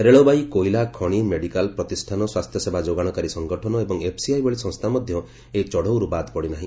ରେଳବାଇ କୋଇଲା ଖଣି ମେଡ଼ିକାଲ ପ୍ରତିଷ୍ଠାନ ସ୍ପାସ୍ଥ୍ୟସେବା ଯୋଗାଣକାରୀ ସଂଗଠନ ଏବଂ ଏଫ୍ସିଆଇ ଭଳି ସଂସ୍ଥା ମଧ୍ୟ ଏହି ଚଢ଼ଉରୁ ବାଦ୍ ପଡିନାର୍ହି